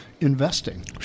investing